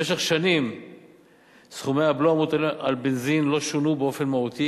במשך שנים רבות סכומי הבלו המוטלים על בנזין לא שונו באופן מהותי,